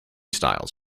styles